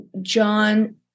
John